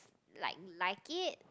like like it